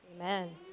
amen